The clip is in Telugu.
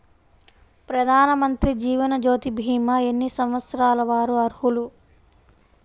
ప్రధానమంత్రి జీవనజ్యోతి భీమా ఎన్ని సంవత్సరాల వారు అర్హులు?